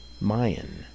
Mayan